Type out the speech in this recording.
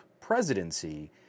presidency